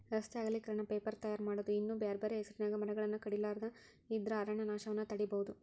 ರಸ್ತೆ ಅಗಲೇಕರಣ, ಪೇಪರ್ ತಯಾರ್ ಮಾಡೋದು ಇನ್ನೂ ಬ್ಯಾರ್ಬ್ಯಾರೇ ಹೆಸರಿನ್ಯಾಗ ಮರಗಳನ್ನ ಕಡಿಲಾರದ ಇದ್ರ ಅರಣ್ಯನಾಶವನ್ನ ತಡೇಬೋದು